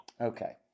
Okay